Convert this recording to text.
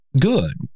good